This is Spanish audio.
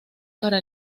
para